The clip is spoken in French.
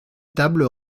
table